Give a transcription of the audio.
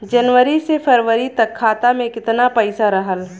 जनवरी से फरवरी तक खाता में कितना पईसा रहल?